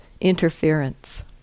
interference